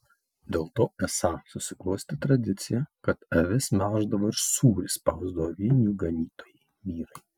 dėl to esą susiklostė tradicija kad avis melždavo ir sūrį spausdavo vien jų ganytojai vyrai